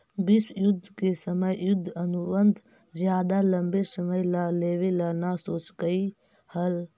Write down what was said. विश्व युद्ध के समय युद्ध अनुबंध ज्यादा लंबे समय ला लेवे ला न सोचकई हल